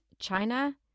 China